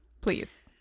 Please